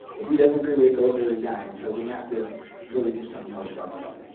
if he doesn't agree with, it goes there and die. and so we have to really do something more stronger about that.